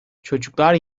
çocuklar